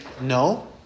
No